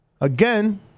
again